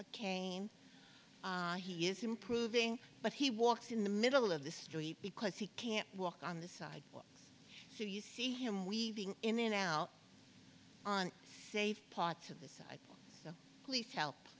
cane he is improving but he walks in the middle of the street because he can't walk on the side so you see him weaving in and out on safe parts of the so please help